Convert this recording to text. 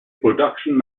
production